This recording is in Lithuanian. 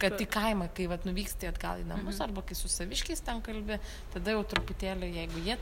kad į kaimą kai vat nuvyksti atgal į namus arba kai su saviškiais ten kalbi tada jau truputėlį jeigu jie